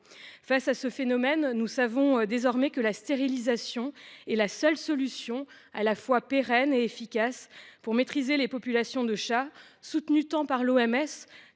Face à ce phénomène, nous savons désormais que la stérilisation est la seule solution à la fois pérenne et efficace pour maîtriser les populations de chats, cette solution étant